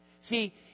See